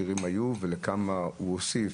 וכמה הוא הוסיף.